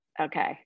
Okay